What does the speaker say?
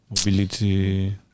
mobility